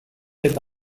eta